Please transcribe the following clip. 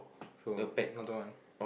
so another one